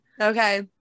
Okay